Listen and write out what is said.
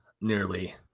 nearly